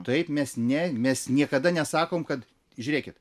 taip mes ne mes niekada nesakom kad žiūrėkit